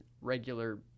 regular